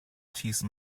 cheese